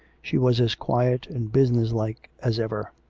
she was as quiet and business-like as ever.